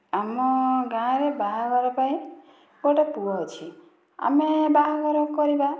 ଆମ ଗାଁରେ ବାହାଘର ପାଇଁ ଗୋଟେ ପୁଅ ଅଛି ଆମେ ବାହାଘର କରିବା